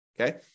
Okay